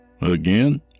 Again